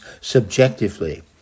subjectively